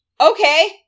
Okay